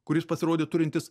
kuris pasirodė turintis